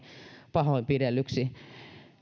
pahoinpidellyksi